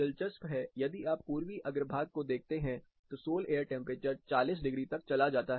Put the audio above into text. दिलचस्प है यदि आप पूर्वी अग्रभाग को देखते हैं तो सोल एयर टेंपरेचर 40 डिग्री तक चला जाता है